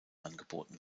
angeboten